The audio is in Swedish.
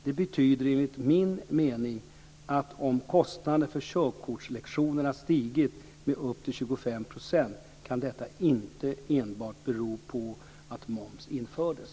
Det betyder enligt min mening att om kostnaden för körkortslektioner stigit med upp till 25 % kan detta inte enbart bero på att moms infördes.